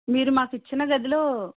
మీరు మాకు ఇచ్చిన గదిలో